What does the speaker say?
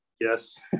Yes